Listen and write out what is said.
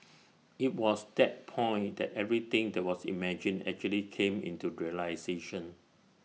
IT was that point that everything that was imagined actually came into realisation